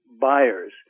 buyers